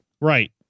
Right